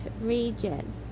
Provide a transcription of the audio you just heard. region